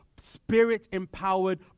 Spirit-empowered